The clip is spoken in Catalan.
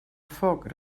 foc